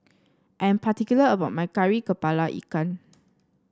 I'm particular about my Kari kepala Ikan